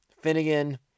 Finnegan